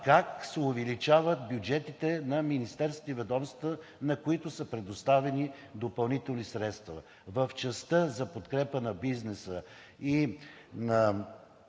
как се увеличават бюджетите на министерствата и ведомствата, на които са предоставени допълнителни средства. В частта за подкрепа на бизнеса и